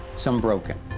some broken.